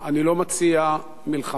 אני לא מציע מלחמה,